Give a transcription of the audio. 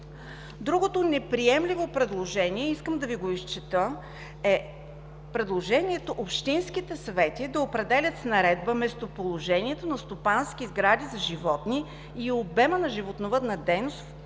Другото неприемливо предложение – искам да Ви го изчета, е: „Общинските съвети да определят с наредба местоположението на стопански сгради за животни и обема на животновъдна дейност в